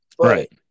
right